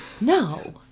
No